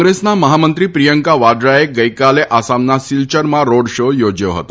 કોંગ્રેસના મહામંત્રી પ્રિયંકા વાડરાએ ગઈકાલે આસામના સિલ્ચરમાં રોડ શો યોજયો હતો